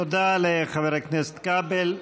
תודה לחבר הכנסת כבל.